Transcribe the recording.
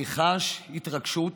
אני חש התרגשות